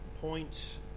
point